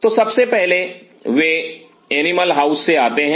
तो सबसे पहले वे एनिमल हाउस से आते हैं